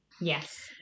Yes